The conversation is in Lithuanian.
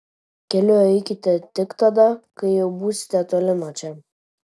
keliu eikite tik tada kai jau būsite toli nuo čia